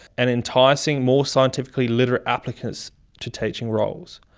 and enticing more scientifically literate applicants to teaching roles.